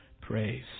praise